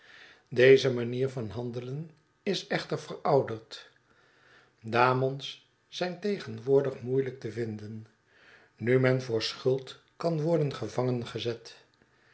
deze manier van handelen is echter verouderd damon's zijn tegenwoordig moeielijk te vinden nu men voor schuld kan worden